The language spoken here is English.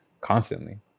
constantly